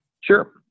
sure